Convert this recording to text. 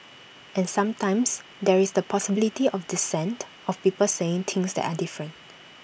and sometimes there is the possibility of dissent of people saying things that are different